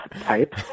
type